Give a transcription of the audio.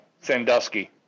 Sandusky